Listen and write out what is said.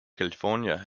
california